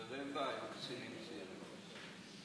ורבע היו קצינים צעירים.